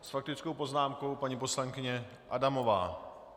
S faktickou poznámkou paní poslankyně Adamová.